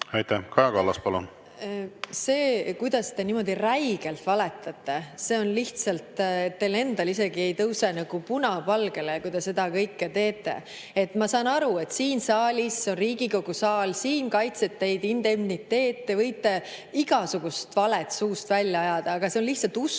See, kuidas te niimoodi räigelt valetate, see on lihtsalt … Teile endale isegi ei tõuse puna palgele, kui te seda kõike teete. Ma saan aru, et siin saalis – see on Riigikogu saal, siin kaitseb teid indemniteet – te võite igasugust valet suust välja ajada, aga see on lihtsalt uskumatu.